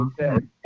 Okay